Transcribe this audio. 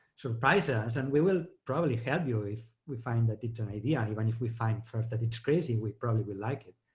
surprise us and we will probably help you if we find that it's an idea, even and if we find first that it's crazy we probably will like it,